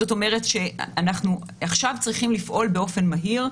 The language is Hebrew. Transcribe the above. זאת אומרת שעכשיו אנחנו צריכים לפעול באופן מהיר,